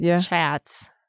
chats